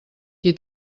qui